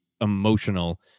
emotional